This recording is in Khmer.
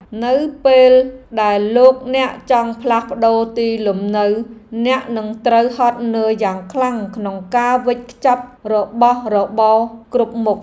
នៅពេលដែលលោកអ្នកចង់ផ្លាស់ប្ដូរទីលំនៅអ្នកនឹងត្រូវហត់នឿយយ៉ាងខ្លាំងក្នុងការវេចខ្ចប់របស់របរគ្រប់មុខ។